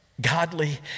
godly